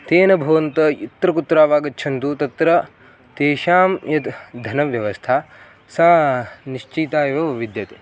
तेन भवन्तः यत्र कुत्र वा गच्छन्तु तत्र तेषां यद्धनव्यवस्था सा निश्चिता एव विद्यते